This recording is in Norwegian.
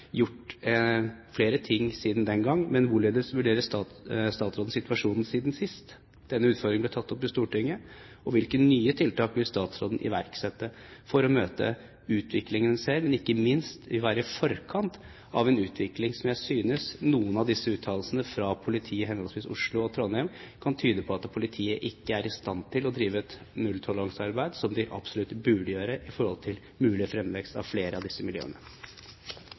gjort flere ting siden den gang – hvorledes vurderer statsråden situasjonen siden sist? Denne utfordringen ble tatt opp i Stortinget. Hvilke nye tiltak vil statsråden iverksette for å møte utviklingen selv og ikke mist for å være i forkant av en utvikling der jeg synes at noen av uttalelsene fra politiet i henholdsvis Oslo og Trondheim kan tyde på at politiet ikke er i stand til å drive et nulltoleransearbeid som de absolutt burde gjøre med tanke på en mulig fremvekst av flere av disse miljøene?